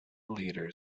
leaders